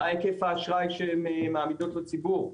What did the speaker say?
מה היקף האשראי שהן מעמידות לציבור?